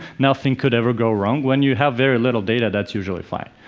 nothing could ever go wrong, when you have very little data, that's usually fine.